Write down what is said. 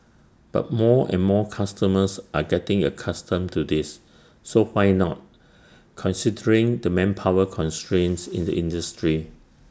but more and more customers are getting accustomed to this so why not considering the manpower constraints in the industry